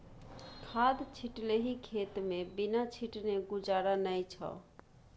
खाद छिटलही खेतमे बिना छीटने गुजारा नै छौ